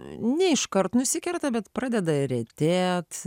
ne iškart nusikerta bet pradeda retėti